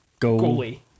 Goalie